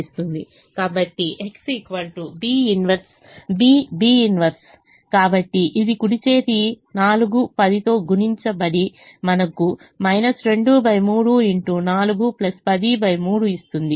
కాబట్టి X B B 1 కాబట్టి ఇది కుడి చేతి 4 10 తో గుణించబడి మనకు 2 3 x 4 103 ఇస్తుంది